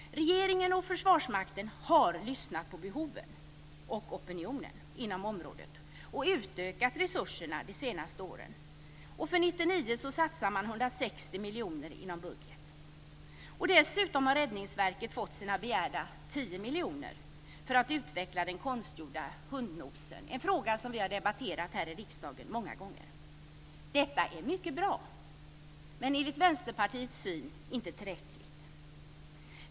Regeringen och Försvarsmakten har lyssnat på behoven och opinionen inom området och utökat resurserna det senaste åren. För 1999 satsar man 160 miljoner inom budget. Dessutom har Räddningsverket fått sina begärda 10 miljoner för att utveckla den konstgjorda hundnosen, en fråga som vi har debatterat här i riksdagen många gånger. Detta är mycket bra. Men enligt Vänsterpartiets syn är det inte tillräckligt.